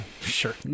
sure